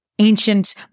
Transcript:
ancient